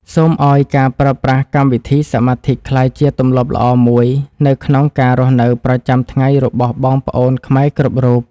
សូមឱ្យការប្រើប្រាស់កម្មវិធីសមាធិក្លាយជាទម្លាប់ល្អមួយនៅក្នុងការរស់នៅប្រចាំថ្ងៃរបស់បងប្អូនខ្មែរគ្រប់រូប។